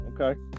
Okay